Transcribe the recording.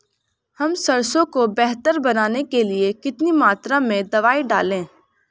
हम सरसों को बेहतर बनाने के लिए कितनी मात्रा में दवाई डालें?